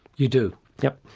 you do? yes.